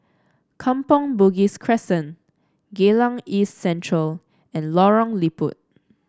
Kampong Bugis Crescent Geylang East Central and Lorong Liput